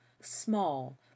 small